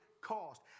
cost